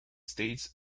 states